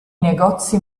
negozi